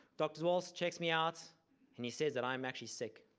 dr. walts checked me out and he says that i'm actually sick.